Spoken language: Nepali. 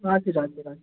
हजुर हजुर हजुर